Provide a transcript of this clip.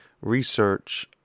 research